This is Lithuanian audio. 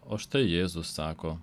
o štai jėzus sako